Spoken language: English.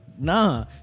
nah